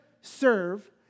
serve